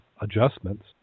Adjustments